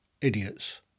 idiots